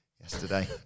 yesterday